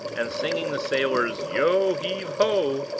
and singing the sailor's yo-heave-ho!